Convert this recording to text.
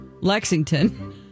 Lexington